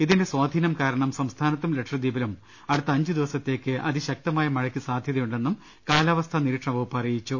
ഇതിന്റെ സ്വാധീനം കാരണം സംസ്ഥാനത്തും ലക്ഷദ്വീപിലും അടുത്ത അഞ്ച് ദിവസത്തേക്ക് അതിശക്തമായ മഴക്ക് സാധ്യത യുണ്ടെന്നും കാലാവസ്ഥാ നിരീക്ഷണവകുപ്പ് അറിയിച്ചു